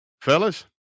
Fellas